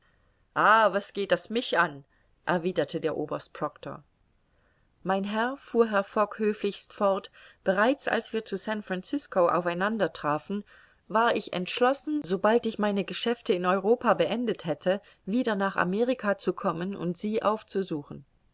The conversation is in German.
was geht das mich an erwiderte der oberst proctor mein herr fuhr herr fogg höflichst fort bereits als wir zu san francisco aufeinander trafen war ich entschlossen sobald ich meine geschäfte in europa beendet hätte wieder nach amerika zu kommen und sie aufzusuchen